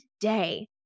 today